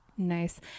nice